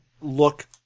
look